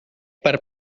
per